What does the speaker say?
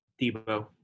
debo